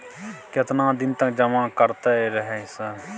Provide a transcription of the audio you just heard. केतना दिन तक जमा करते रहे सर?